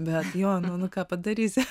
be jo nu nu ką padarysi